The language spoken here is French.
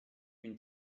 une